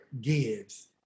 gives